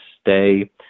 stay